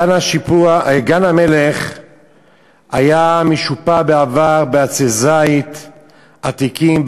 גן-המלך היה משופע בעבר בעצי זית עתיקים,